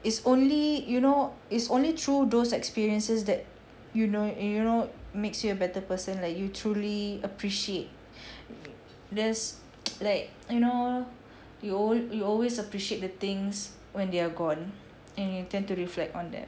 it's only you know it's only through those experiences that you know you know makes you a better person like you truly appreciate this like you know you al~ you always appreciate the things when they're gone and you tend to reflect on that